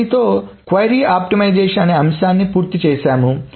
దీనితో query optimization అని అంశాన్ని పూర్తి చేసాము